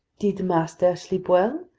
did master sleep well?